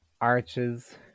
arches